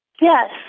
Yes